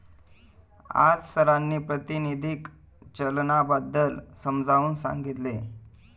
आज सरांनी प्रातिनिधिक चलनाबद्दल समजावून सांगितले